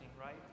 right